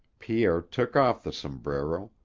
pierre took off the sombrero,